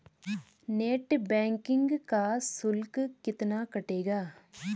Net banking का शुल्क कितना कटेगा?